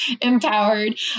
Empowered